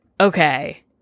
okay